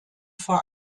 vor